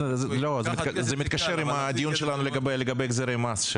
זה מתקשר עם הדיון שלנו לגבי החזרי מס.